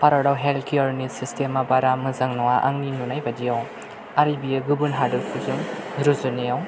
भारतआव हेल्थ केयारनि सिस्टेमा बारा मोजां नङा आंनि नुनाय बादियाव आरो बियो गुबुन हादोरफोरजों रुजुनायाव